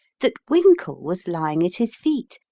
that winkle was lying at his feet,